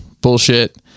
bullshit